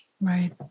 right